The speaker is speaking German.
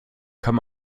kann